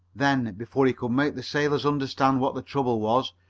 then, before he could make the sailors understand what the trouble was,